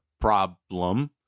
problem